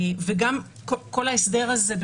וגם כל ההסדר הזה,